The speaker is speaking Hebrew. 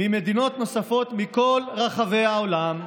ממדינות נוספות מכל רחבי העולם.